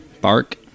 Bark